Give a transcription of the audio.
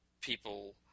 people